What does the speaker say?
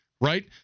Right